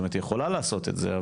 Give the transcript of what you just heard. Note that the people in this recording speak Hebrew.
היא יכולה לעשות את זה,